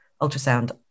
ultrasound